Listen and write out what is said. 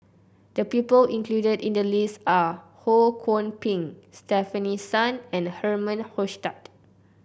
the people included in the list are Ho Kwon Ping Stefanie Sun and Herman Hochstadt